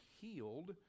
healed